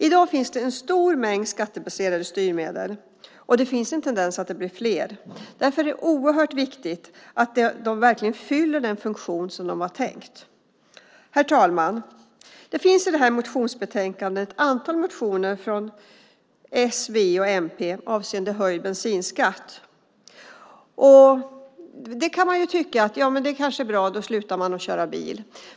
I dag finns en stor mängd skattebaserade styrmedel, och tendensen är att de blir fler. Därför är det oerhört viktigt att de verkligen fyller den funktion som var tänkt. Herr talman! I detta motionsbetänkande behandlas ett antal motioner från s, v och mp avseende höjd bensinskatt. Man kan tycka att det kanske är bra, för då slutar folk att köra bil.